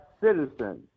citizens